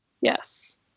Yes